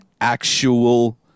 actual